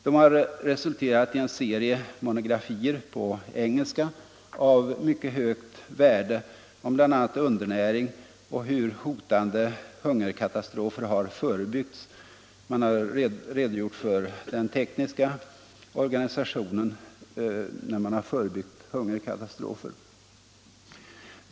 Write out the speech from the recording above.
De har resulterat i en serie monografier på engelska av mycket högt värde, om bl.a. undernäring och hur hotande hungerkatastrofer har förebyggts - man har redogjort för den tekniska organisationen när man i några fall har förebyggt hungerkatastrofer.